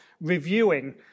reviewing